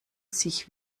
sich